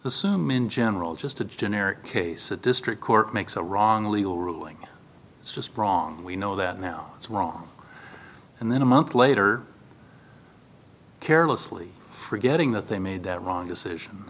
the sume in general just a generic case the district court makes a wrong legal ruling it's just wrong we know that now it's wrong and then a month later carelessly forgetting that they made that wrong decision